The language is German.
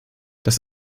das